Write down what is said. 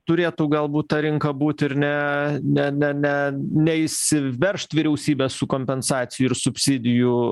turėtų galbūt ta rinka būt ir ne ne ne ne neįsiveržt vyriausybė su kompensacijų ir subsidijų